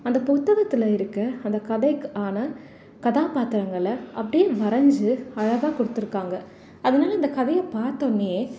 அந்த புத்தகத்தில் இருக்கற அந்த கதைக்கான கதாபாத்திரங்களை அப்படியே வரைஞ்சி அழகாக கொடுத்துருக்காங்க அதனால இந்த கதையை பார்த்தோன்னே